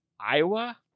Iowa